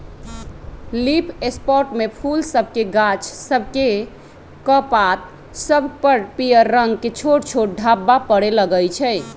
leaf spot में फूल सभके गाछ सभकेक पात सभ पर पियर रंग के छोट छोट ढाब्बा परै लगइ छै